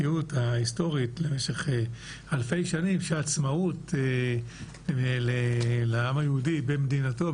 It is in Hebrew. המציאות ההיסטורית במשך אלפי שנים שעצמאות לעם היהודי במדינתו,